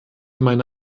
meine